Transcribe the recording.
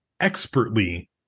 expertly